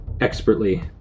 expertly